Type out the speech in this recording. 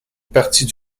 partit